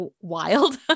wild